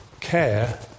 care